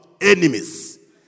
enemies